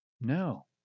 No